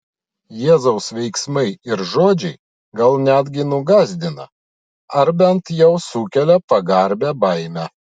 jėzaus veiksmai ir žodžiai gal netgi nugąsdina ar bent jau sukelia pagarbią baimę